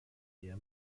ihr